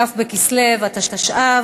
כ' בכסלו התשע"ו,